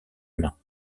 humain